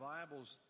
Bibles